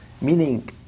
Meaning